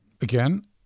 Again